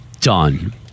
done